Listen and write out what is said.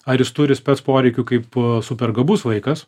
ar jis turi spec poreikių kaip a super gabus vaikas